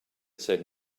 said